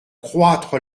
croître